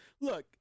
Look